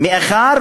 מאחר